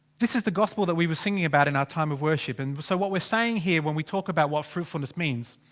this is the gospel that we were singing about in our time of worship. and so what we're saying here when we talk about what fruitfulness means.